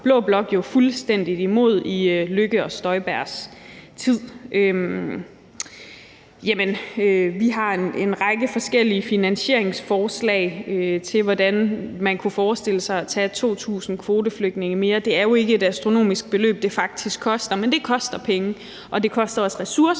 blå blok jo fuldstændig imod i Lars Løkke Rasmussen og Inger Støjbergs tid. Vi har en række forskellige finansieringsforslag, i forhold til hvordan man kunne forestille sig at tage 2.000 kvoteflygtninge mere. Det er jo faktisk ikke et astronomisk beløb, som det koster, men det koster. Og det koster også ressourcer